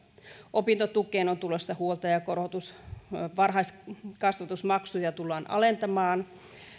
opintotukeen on tulossa huoltajakorotus varhaiskasvatusmaksuja tullaan alentamaan